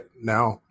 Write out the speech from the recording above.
Now